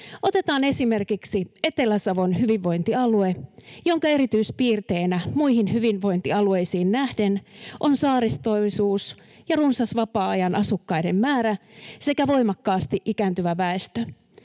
Otetaan esimerkiksi Etelä-Savon hyvinvointialue, jonka erityispiirteenä muihin hyvinvointialueisiin nähden on saaristoisuus ja runsas vapaa-ajanasukkaiden määrä sekä voimakkaasti ikääntyvä väestö.